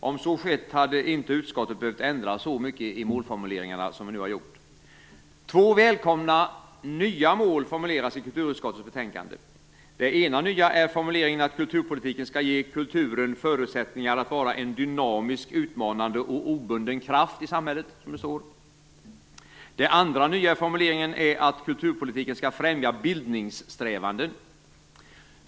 Om så hade skett skulle utskottet inte ha behövt ändra så mycket i målformuleringarna som nu gjorts. Två välkomna nya mål formuleras i kulturutskottets betänkande. Det ena nya målet är formuleringen att kulturpolitiken skall ge kulturen förutsättningar att vara en dynamisk, utmanande och obunden kraft i samhället. Det andra nya målet är formuleringen är att kulturpolitiken skall främja bildningssträvanden.